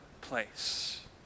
place